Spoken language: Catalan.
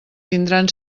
tindran